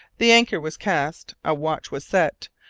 the anchor was cast, a watch was set,